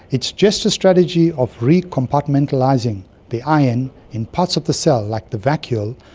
it's just a strategy of re-compartmentalising the iron in parts of the cell, like the vacuole,